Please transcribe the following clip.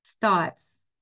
thoughts